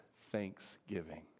thanksgiving